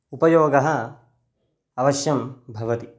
उपयोगः अवश्यं भवति